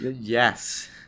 Yes